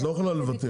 את לא יכולה לבטל.